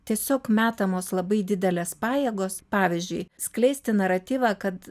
tiesiog metamos labai didelės pajėgos pavyzdžiui skleisti naratyvą kad